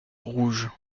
rouge